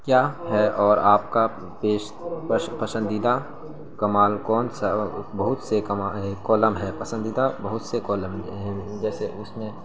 کیا ہے اور آپ کا پیچ پسندیدہ کمال کون سا بہت سے کالم ہے پسندیدہ بہت سے کالم ہے جیسے اس میں